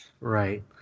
Right